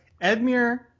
Edmure